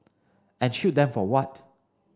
and shoot them for what